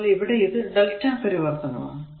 എന്നാൽ ഇവിടെ ഇത് Δ പരിവർത്തനമാണ്